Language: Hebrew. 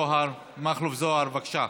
מכלוף זוהר, בבקשה.